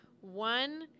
one